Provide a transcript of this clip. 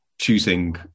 choosing